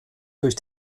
durch